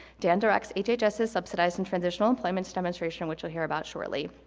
dan directs hhs's subsidized and transitional employments demonstration, which we'll hear about shortly.